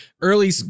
early